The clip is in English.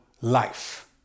life